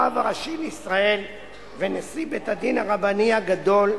הרב הראשי לישראל ונשיא בית-הדין הרבני הגדול,